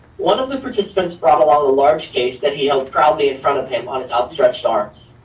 one of the participants brought along a large case that he held proudly in front of him on his outstretched arms.